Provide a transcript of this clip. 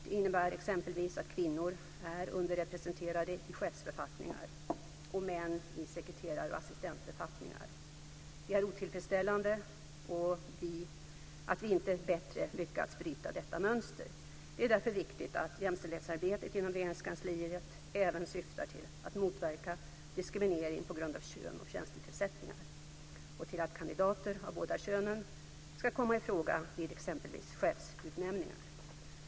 Det innebär exempelvis att kvinnor är underrepresenterade i chefsbefattningar och män i sekreterar och assistentbefattningar. Det är otillfredsställande att vi inte bättre lyckats bryta detta mönster. Det är därför viktigt att jämställdhetsarbetet inom Regeringskansliet även syftar till att motverka diskriminering på grund av kön vid tjänstetillsättningar och till att kandidater av båda könen ska komma i fråga vid exempelvis chefsutnämningar.